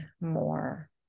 more